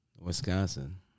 Wisconsin